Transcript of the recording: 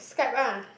Skype ah